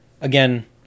Again